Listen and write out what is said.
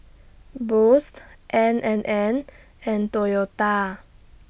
Boost N and N and Toyota